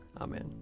Amen